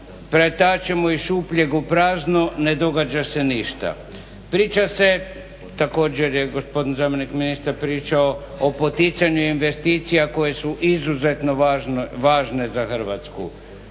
pretačemo iz šupljeg u prazno ne događa se ništa. Priča se, također je gospodin zamjenik ministra pričao, o poticanju investicija koje su izuzetno važne za Hrvatsku.